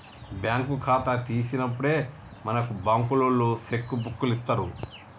bank ఖాతా తీసినప్పుడే మనకు బంకులోల్లు సెక్కు బుక్కులిత్తరు